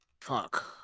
Fuck